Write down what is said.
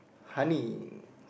honey